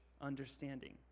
understanding